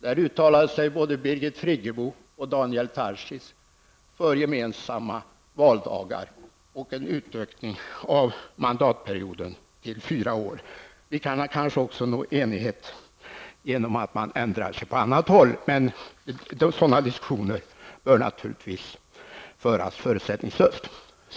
Där uttalade sig både Birgit Friggebo och Daniel Tarschys för gemensamma valdagar och en utökning av mandatperioden till fyra år. Vi kan kanske också nå enighet genom att man ändrar sig på annat håll. Men sådana diskussioner bör naturligtvis föras förutsättningslöst.